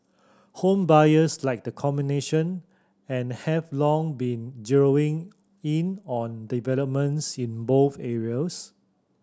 home buyers like the combination and have long been zeroing in on developments in both areas